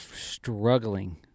struggling